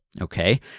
okay